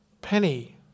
Penny